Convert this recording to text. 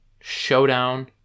showdown